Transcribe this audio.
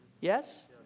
Yes